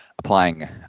Applying